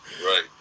Right